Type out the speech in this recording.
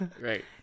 right